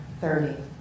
thirty